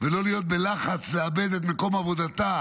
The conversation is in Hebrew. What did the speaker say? ולא להיות בלחץ לאבד את מקום עבודתה